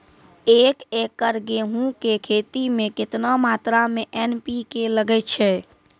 एक एकरऽ गेहूँ के खेती मे केतना मात्रा मे एन.पी.के लगे छै?